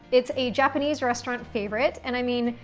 it's a japanese restaurant favorite. and i mean,